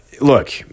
look